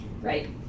right